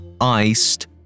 iced